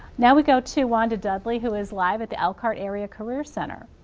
now we go to wanda dudley who is live at the elkhart area career center.